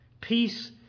peace